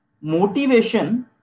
motivation